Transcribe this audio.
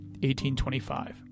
1825